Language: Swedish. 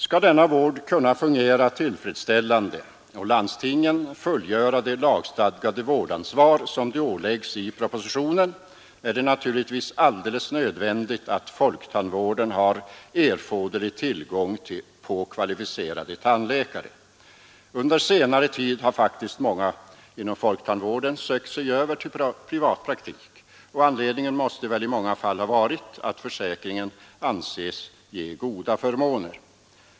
Skall denna vård kunna fungera tillfredsställande och landstingen fullgöra det lagstadgade vårdansvar som de åläggs i propositionen, är det naturligtvis alldeles nödvändigt att folktandvården har erforderlig tillgång på kvalificerade tandläkare. Under senare tid har faktiskt många inom folktandvården sökt sig över till privatpraktik. Och anledning måste väl i många fall ha varit att försäkringen anses ge goda förmåner.